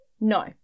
No